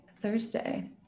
Thursday